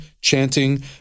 chanting